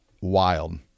wild